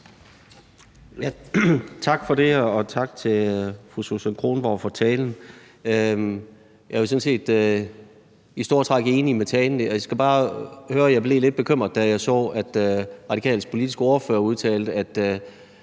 Tak for det. Og tak til fru Susan Kronborg for talen. Jeg er sådan set i store træk enig i talens indhold. Men jeg blev lidt bekymret, da jeg så, at Radikales politiske ordfører,